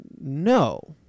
No